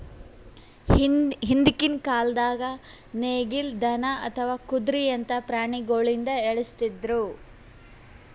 ಹಿಂದ್ಕಿನ್ ಕಾಲ್ದಾಗ ನೇಗಿಲ್, ದನಾ ಅಥವಾ ಕುದ್ರಿಯಂತಾ ಪ್ರಾಣಿಗೊಳಿಂದ ಎಳಸ್ತಿದ್ರು